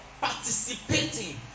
participating